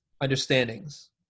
understandings